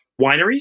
wineries